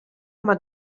mai